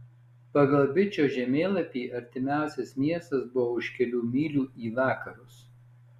pagal bičo žemėlapį artimiausias miestas buvo už kelių mylių į vakarus